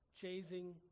chasing